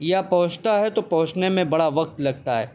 یا پہنچتا ہے تو پہنچنے میں بڑا وقت لگتا ہے